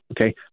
okay